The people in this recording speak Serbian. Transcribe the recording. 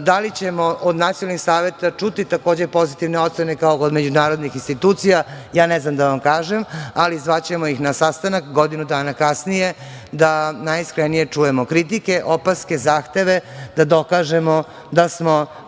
Da li ćemo od nacionalnih saveta čuti takođe pozitivne ocene kao od međunarodnih institucija, ja ne znam da vam kažem, ali zvaćemo ih na sastanak godinu dana kasnije da najiskrenije čujemo kritike, opaske, zahteve da dokažemo da smo